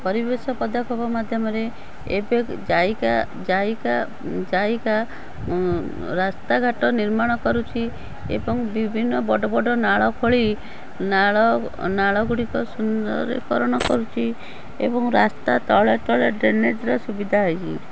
ପରିବେଶ ପଦକ୍ଷେପ ମାଧ୍ୟମରେ ଏବେ ଜାଇକା ଜାଇକା ଜାଇକା ରାସ୍ତାଘାଟ ନିର୍ମାଣ କରୁଛି ଏବଂ ବିଭିନ୍ନ ବଡ଼ ବଡ଼ ନାଳ ଖୋଳି ନାଳ ନାଳଗୁଡ଼ିକ ସୁନ୍ଦରୀକରଣ କରୁଛି ଏବଂ ରାସ୍ତା ତଳେ ତଳେ ଡ୍ରେନେଜ୍ର ସୁବିଧା ହେଇଛି